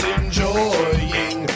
enjoying